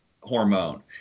hormone